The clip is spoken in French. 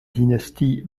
dynastie